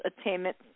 attainment